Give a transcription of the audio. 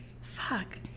Fuck